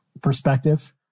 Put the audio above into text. perspective